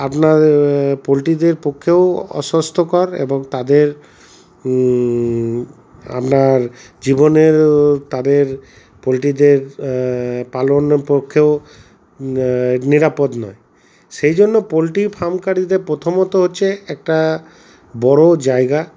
আপনার পোলটিদের পক্ষেও অস্বাস্থ্যকর এবং তাদের আপনার জীবনের তাদের পোল্ট্রীদের পালনের পক্ষেও নিরাপদ নয় সেই জন্য পোল্ট্রী ফার্মকারীদের প্রথমত হচ্ছে একটা বড়ো জায়গা